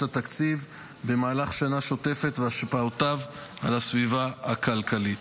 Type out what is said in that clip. התקציב במהלך שנה שוטפת והשפעותיו על הסביבה הכלכלית.